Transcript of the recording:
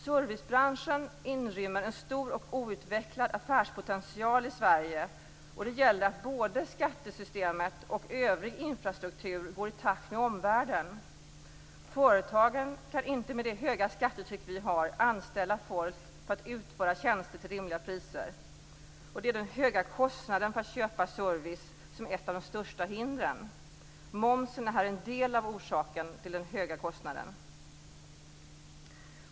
Servicebranschen inrymmer en stor och outvecklad affärspotential i Sverige och det gäller att både skattesystemet och övrig infrastruktur går i takt med omvärlden. Företagen kan inte med det höga skattetryck vi har anställa folk för att utföra tjänster till rimliga priser. Det är den höga kostnaden för att köpa service som är ett av de största hindren. Momsen är här en del av orsaken till den höga kostnaden.